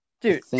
Dude